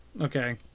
Okay